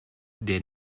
der